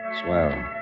Swell